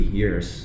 years